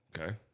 Okay